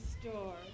store